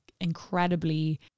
incredibly